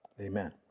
amen